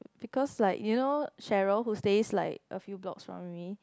because like you know Cheryl who stays like a few blocks from me